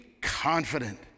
confident